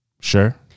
Sure